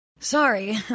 Sorry